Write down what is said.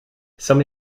some